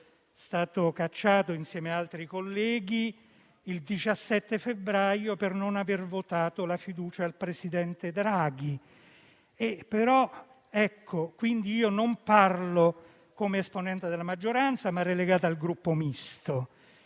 stato cacciato insieme ad altri colleghi il 17 febbraio, per non aver votato la fiducia al presidente Draghi. Non parlo quindi come esponente della maggioranza, essendo relegato nel Gruppo Misto.